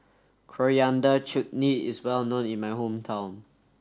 Coriander Chutney is well known in my hometown